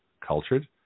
Cultured